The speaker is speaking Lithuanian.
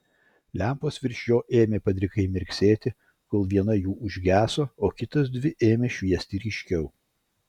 lempos virš jo ėmė padrikai mirksėti kol viena jų užgeso o kitos dvi ėmė šviesti ryškiau